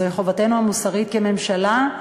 זוהי חובתנו המוסרית כממשלה,